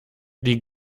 die